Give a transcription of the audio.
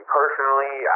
personally